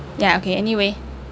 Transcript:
ya okay anyway